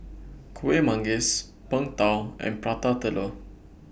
Kuih Manggis Png Tao and Prata Telur